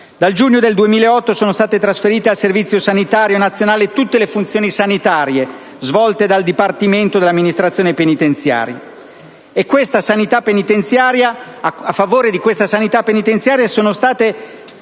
dal giugno 2008 sono state trasferite al Servizio sanitario nazionale tutte le funzioni sanitarie svolte dal Dipartimento dell'amministrazione penitenziaria. A favore della sanità penitenziaria sono state